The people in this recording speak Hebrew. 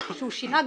שהוא שינה גבולות,